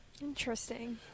Interesting